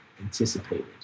anticipated